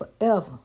forever